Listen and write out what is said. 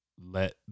let